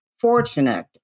fortunate